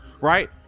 Right